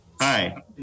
hi